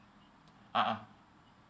a'ah